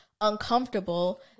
uncomfortable